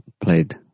played